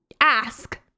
ask